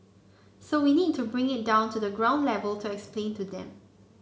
so we need to bring it down to the ground level to explain to them